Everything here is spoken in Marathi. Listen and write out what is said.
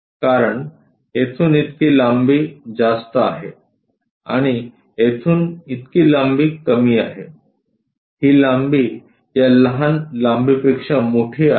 कारण येथून इतकी लांबी जास्त आहे आणि येथून इतकी लांबी कमी आहे ही लांबी या लहान लांबीपेक्षा मोठी आहे